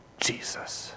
Jesus